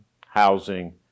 housing